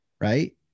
right